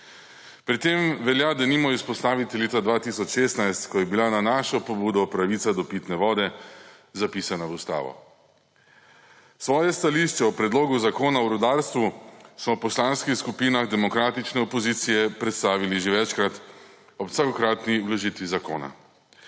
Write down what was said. Pri tem velja denimo izpostaviti leto 2016, ko je bila na našo pobudo pravica do pitne vode zapisana v Ustavo. Svoje stališče o predlogu zakona o rudarstvu smo v poslanskih skupinah demokratične opozicije predstavili že večkrat, ob vsakokratni vložitvi zakona.